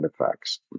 effects